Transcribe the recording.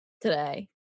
today